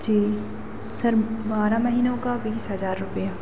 जी sir बारह महीनों के बीस हज़ार रुपये